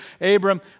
Abram